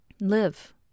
live